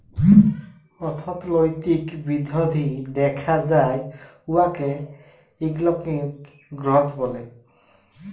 অথ্থলৈতিক বিধ্ধি দ্যাখা যায় উয়াকে ইকলমিক গ্রথ ব্যলে